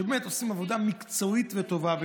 שבאמת עושים עבודה מקצועית וטובה.